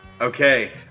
Okay